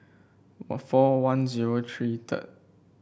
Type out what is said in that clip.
or four one zero three third